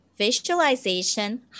visualization